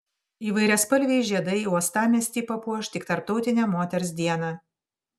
įvairiaspalviai žiedai uostamiestį papuoš tik tarptautinę moters dieną